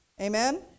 Amen